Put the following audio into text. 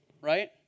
Right